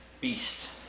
beast